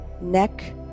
neck